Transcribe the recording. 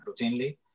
routinely